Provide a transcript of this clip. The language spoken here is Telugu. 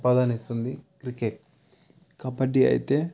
అపదానిస్తుంది క్రికెట్ కబడ్డీ అయితే ఒక